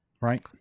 right